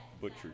butcher